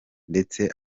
ndetse